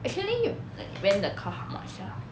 actually you like rent the car how much ah